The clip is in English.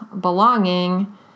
belonging